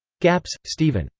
gapps, stephen.